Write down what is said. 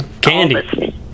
candy